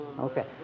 Okay